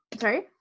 Sorry